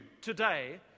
today